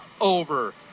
over